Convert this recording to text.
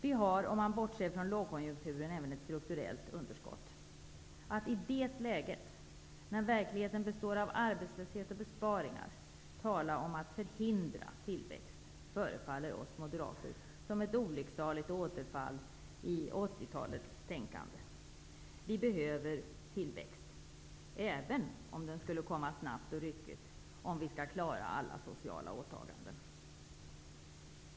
Vi har, om man bortser från lågkonjunkturen, även ett strukturellt underskott. Att i det läget, när verkligheten består av arbetslöshet och besparingar, tala om att förhindra tillväxt, förefaller oss moderater som ett olycksaligt återfall i 80-talets tänkande. Vi behöver tillväxt -- även om den skulle komma snabbt och ryckigt -- om vi skall klara alla sociala åtaganden.